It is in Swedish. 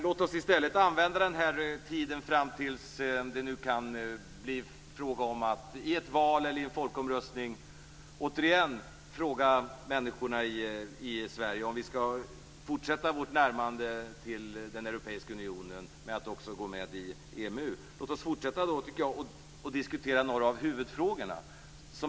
Låt oss i stället använda den här tiden fram till dess att det kan bli fråga om att i ett val eller i en folkomröstning återigen fråga människorna i Sverige om vi skall fortsätta vårt närmande till den europeiska unionen med att också gå med i EMU. Låt oss fortsätta att diskutera några av huvudfrågorna.